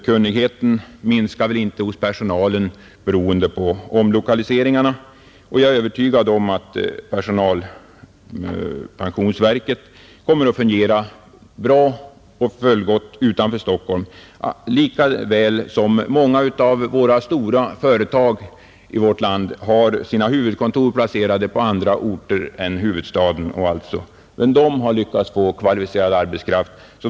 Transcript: Kunnigheten hos personalen minskar väl inte beroende på omlokaliseringen, Jag är övertygad om att personalpensionsverket kommer att fungera fullgott även utanför Stockholm. Många av våra stora företag har sina huvudkontor placerade på andra orter än i huvudstaden, men de har ändå lyckats att få kvalificerad arbetskraft.